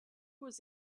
was